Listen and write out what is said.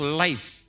life